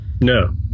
No